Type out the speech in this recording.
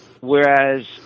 Whereas